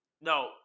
No